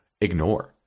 ignore